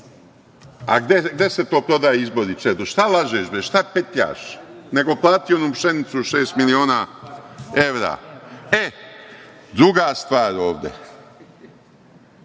gde se to prodaju izbori, Čedo? Šta lažeš, bre? Šta petljaš? Nego plati onu pšenicu šest miliona evra.E, druga stvar ovde,